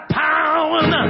power